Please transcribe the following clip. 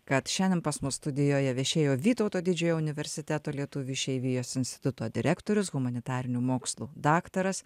kad šiandien pas mus studijoje viešėjo vytauto didžiojo universiteto lietuvių išeivijos instituto direktorius humanitarinių mokslų daktaras